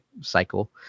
cycle